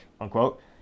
unquote